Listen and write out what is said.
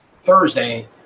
Thursday